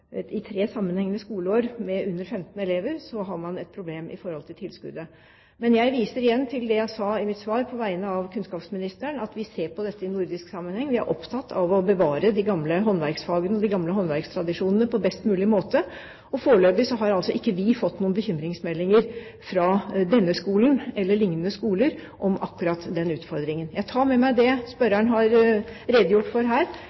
tre sammenhengende skoleår med under 15 elever har man et problem i forhold til tilskuddet. Jeg viser igjen til det jeg sa i mitt svar på vegne av kunnskapsministeren, at vi ser på dette i nordisk sammenheng. Vi er opptatt av å bevare de gamle håndverksfagene og de gamle håndverkstradisjonene på best mulig måte, og foreløpig har ikke vi fått noen bekymringsmeldinger fra denne skolen eller fra lignende skoler om akkurat den utfordringen. Jeg tar med meg det spørreren har redegjort for her,